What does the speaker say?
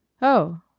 oh!